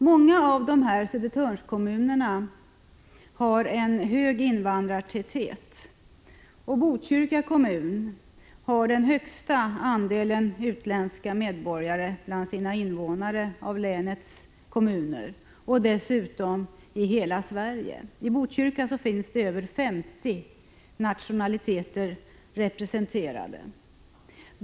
Många av Södertörnskommunerna har en hög invandrartäthet. Botkyrka kommun är den kommun i länet, och dessutom i hela Sverige, som har den högsta andelen utländska medborgare bland sina invånare. I Botkyrka finns över 50 nationaliteter representerade.